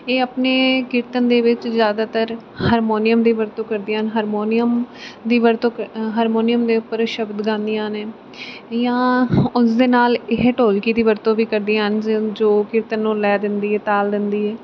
ਇਹ ਆਪਣੇ ਕੀਰਤਨ ਦੇ ਵਿੱਚ ਜ਼ਿਆਦਾਤਰ ਹਾਰਮੋਨੀਅਮ ਦੀ ਵਰਤੋਂ ਕਰਦੀਆਂ ਹਨ ਹਾਰਮੋਨੀਅਮ ਦੀ ਵਰਤੋਂ ਹਾਰਮੋਨੀਅਮ ਦੇ ਉੱਪਰ ਸ਼ਬਦ ਗਾਉਂਦੀਆਂ ਨੇ ਜਾਂ ਉਸ ਦੇ ਨਾਲ ਇਹ ਢੋਲਕੀ ਦੀ ਵਰਤੋਂ ਵੀ ਕਰਦੀਆਂ ਹਨ ਜ਼ ਜੋ ਕੀਰਤਨ ਨੂੰ ਲੈਅ ਦਿੰਦੀ ਹੈ ਤਾਲ ਦਿੰਦੀ ਹੈ